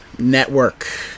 Network